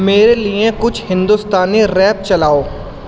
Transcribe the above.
میرے لئے کچھ ہندوستانی ریپ چلاؤ